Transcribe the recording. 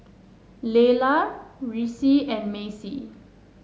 Lelah Reece and Maci